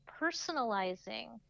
personalizing